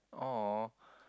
!aww!